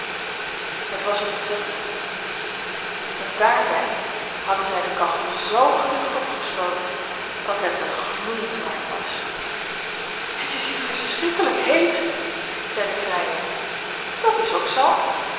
het was ontzettend en daarbij hadden zij de kachel zoo geducht opgestookt dat het er gloeiend warm was het is hier verschrikkelijk heet zei de vrijer dat is ook zoo